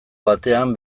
batean